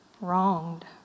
wronged